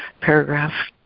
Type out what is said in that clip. paragraph